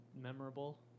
memorable